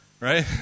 Right